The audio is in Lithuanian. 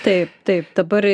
taip taip dabar